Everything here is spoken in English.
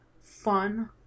fun